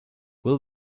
will